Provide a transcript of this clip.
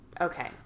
Okay